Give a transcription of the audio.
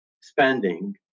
Spending